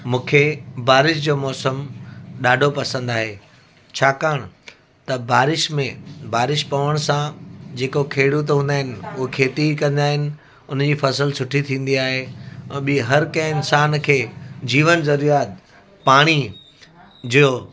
मूंखे बारिश जो मौसमु ॾाढो पसंदि आहे छाकाणि त बारिश में बारिश पवण सां जेको खेडूत हूंदा आहिनि उहे खेती कंदा आहिनि हुनजी फ़सल सुठी थींदी आहे ऐं ॿीं हर कंहिं इंसान खे जीवन ज़रिए पाणी जो